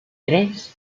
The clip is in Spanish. tres